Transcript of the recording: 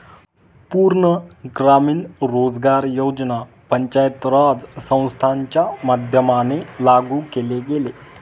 पूर्ण ग्रामीण रोजगार योजना पंचायत राज संस्थांच्या माध्यमाने लागू केले गेले